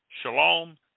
Shalom